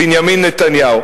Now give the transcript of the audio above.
בנימין נתניהו.